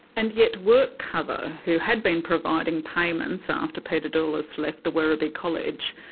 and yet workcover, who had been providing payments after peter doulis left the werribee college,